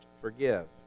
forgive